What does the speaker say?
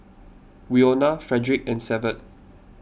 Winona Fredrick and Severt